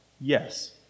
yes